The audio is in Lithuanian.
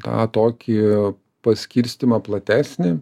tą tokį paskirstymą platesnį